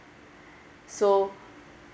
so